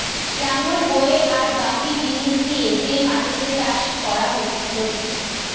লাঙল বয়ে আর বাকি জিনিস দিয়ে যে মাটিতে চাষ করা হতিছে